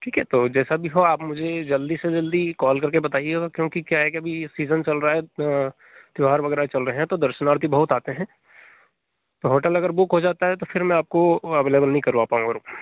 ठीक है तो जैसा भी हो आप मुझे जल्दी से जल्दी कॉल करके बताइएगा क्योंकि क्या है अभी सीजन चल रहा है त्यौहार वगैरह चल रहे हैं तो दर्शनार्थी बहुत आते हैं तो होटल अगर बुक हो जाता है तो फ़िर मैं आपको अवेलेबल नहीं करवा पाऊँगा रूम